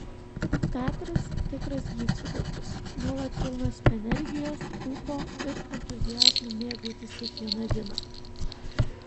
petras tikras gyvsidabris nuolat pilnas energijos ūpo ir entuziazmo mėgautis kiekviena diena